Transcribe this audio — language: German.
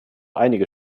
einige